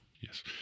Yes